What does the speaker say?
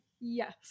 yes